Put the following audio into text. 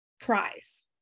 prize